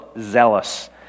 zealous